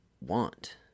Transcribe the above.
want